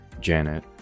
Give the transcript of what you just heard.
Janet